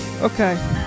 Okay